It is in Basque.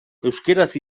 euskaraz